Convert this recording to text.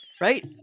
Right